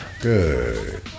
Good